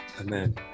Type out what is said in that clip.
Amen